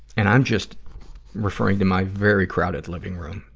and i'm just referring to my very crowded living room.